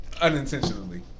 unintentionally